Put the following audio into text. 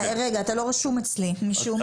רגע, אתה לא רשום אצלי משום מה.